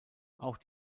auch